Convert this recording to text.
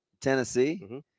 Tennessee